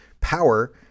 power